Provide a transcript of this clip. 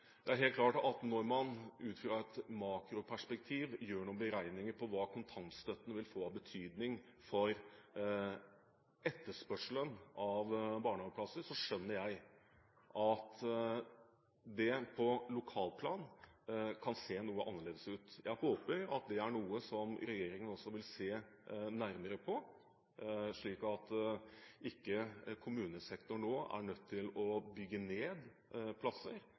helt klart at når man ut fra et makroperspektiv gjør noen beregninger på hva kontantstøtten vil få av betydning for etterspørselen etter barnehageplasser, skjønner jeg at det på lokalplan kan se noe annerledes ut. Jeg håper at det er noe som regjeringen også vil se nærmere på, slik at ikke kommunesektoren nå er nødt til å bygge ned plasser,